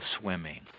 swimming